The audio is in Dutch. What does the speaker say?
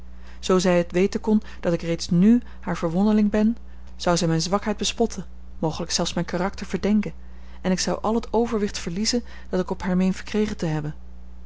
zoo zij het weten kon dat ik reeds nù haar verwonneling ben zou zij mijne zwakheid bespotten mogelijk zelfs mijn karakter verdenken en ik zou al het overwicht verliezen dat ik op haar meen verkregen te hebben